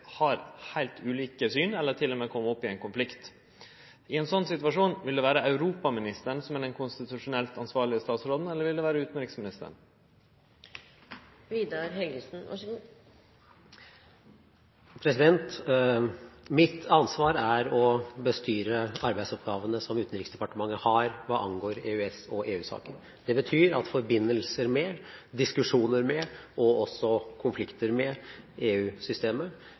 har heilt ulike syn, eller til og med kjem opp i ein konflikt. I ein slik situasjon – vil det vere europaministeren eller utanriksministeren som er den konstitusjonelt ansvarlege statsråden? Mitt ansvar er å bestyre arbeidsoppgavene som Utenriksdepartementet har hva angår EØS- og EU-saker. Det betyr at forbindelser, diskusjoner og konflikter med EU-systemet faller inn under mitt ansvarsområde. De bilaterale forbindelsene med europeiske land og